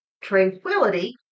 tranquility